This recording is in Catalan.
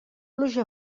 pluja